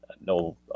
No